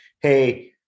Hey